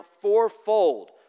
fourfold